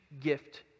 gift